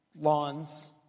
Lawns